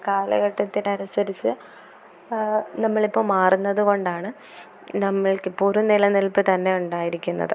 കാലഘട്ടത്തിനനുസരിച്ച് നമ്മളിപ്പോൾ മാറുന്നതുകൊണ്ടാണ് നമ്മൾക്കിപ്പോരു നിലനിൽപ്പ് തന്നെ ഉണ്ടായിരിക്കുന്നത്